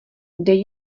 dej